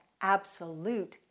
absolute